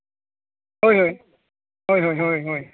ᱦᱳᱭ ᱦᱚᱭ ᱦᱳᱭ ᱦᱳᱭ ᱦᱳᱭ